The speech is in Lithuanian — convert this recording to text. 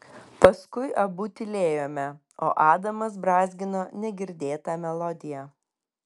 paskui abu tylėjome o adamas brązgino negirdėtą melodiją